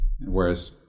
whereas